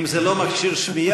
אם זה לא מכשיר שמיעה,